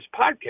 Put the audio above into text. podcast